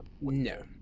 No